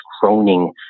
groaning